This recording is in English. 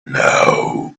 now